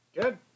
good